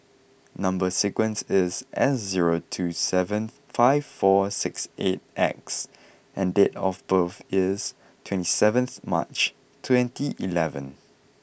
number sequence is S zero two seven five four six eight X and date of birth is twenty seventh March twenty eleven